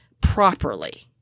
properly